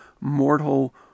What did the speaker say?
mortal